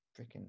freaking